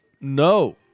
No